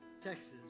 Texas